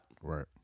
Right